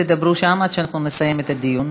תדברו שם עד שאנחנו נסיים את הדיון.